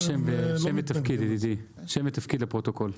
רק שם ותפקיד ידידי, שם ותפקיד לפרוטוקול.